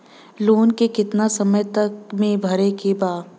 Loan के कितना समय तक मे भरे के बा?